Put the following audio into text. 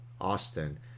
Austin